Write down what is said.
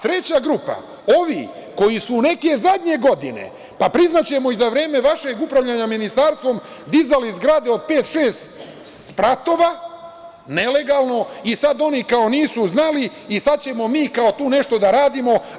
Treća grupa, ovi koji su neke zadnje godine, pa, priznaćemo, i za vreme vašeg upravljanja ministarstvom, dizali zgrade od pet-šest spratova, nelegalno, i sad oni, kao, nisu znali, i sad ćemo mi, kao, tu nešto da radimo.